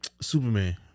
Superman